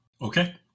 Okay